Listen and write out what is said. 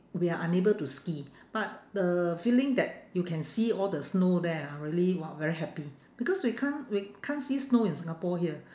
we are unable to ski but the feeling that you can see all the snow there ah really !wow! very happy because we can't we can't see snow in singapore here